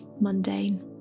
mundane